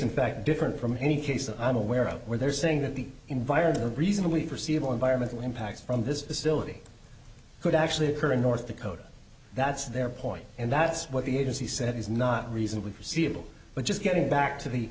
in fact different from any case that i'm aware of where they're saying that the environment reasonably perceive all environmental impacts from this facility could actually occur in north dakota that's their point and that's what the agency said is not reasonably foreseeable but just getting back to the